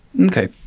Okay